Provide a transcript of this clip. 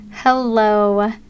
Hello